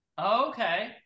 Okay